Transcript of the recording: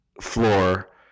floor